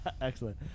Excellent